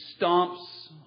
stomps